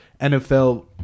nfl